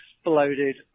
exploded